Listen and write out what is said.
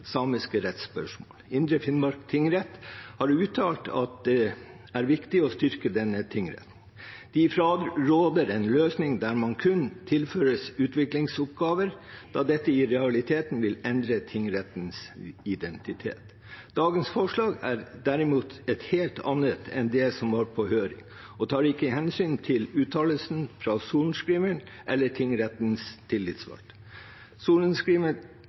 samiske rettsspørsmål. Indre Finnmark tingrett har uttalt at det er viktig å styrke denne tingretten. De fraråder en løsning der man kun tilføres utviklingsoppgaver, da dette i realiteten vil endre tingrettens identitet. Dagens forslag er derimot et helt annet enn det som har vært på høring, og tar ikke hensyn til uttalelsen fra sorenskriveren eller tingrettens